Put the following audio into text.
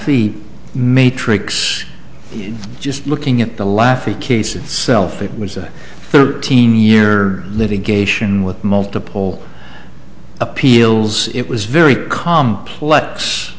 y matrix just looking at the laughing case itself it was a thirteen year litigation with multiple appeals it was very complex